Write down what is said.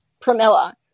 Pramila